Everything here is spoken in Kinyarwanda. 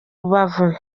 rubavu